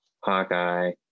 Hawkeye